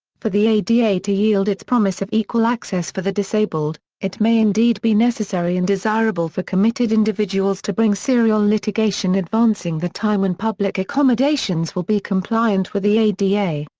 for the ada to yield its promise of equal access for the disabled, it may indeed be necessary and desirable for committed individuals to bring serial litigation advancing the time when public accommodations will be compliant with the ada. however,